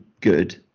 good